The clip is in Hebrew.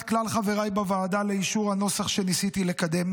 כלל חבריי בוועדה לאישור הנוסח שניסיתי לקדם,